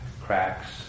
cracks